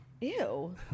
Ew